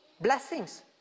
blessings